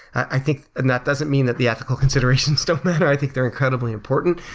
i think and that doesn't mean that the ethical considerations don't matter. i think they're incredibly important.